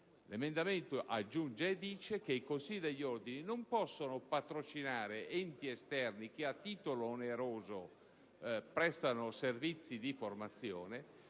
L'emendamento aggiunge che i consigli degli ordini non possono patrocinare enti esterni che a titolo oneroso prestino servizi di formazione,